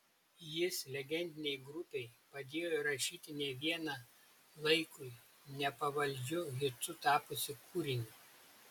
jis legendinei grupei padėjo įrašyti ne vieną laikui nepavaldžiu hitu tapusį kūrinį